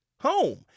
home